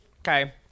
Okay